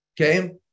Okay